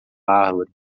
árvore